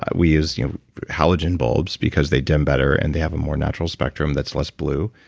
we use you know halogen bulbs because they dim better and they have a more natural spectrum that's less blue.